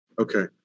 Okay